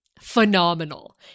phenomenal